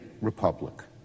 republic